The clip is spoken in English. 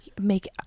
make